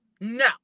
No